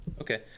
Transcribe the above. Okay